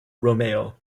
romeo